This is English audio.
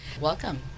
Welcome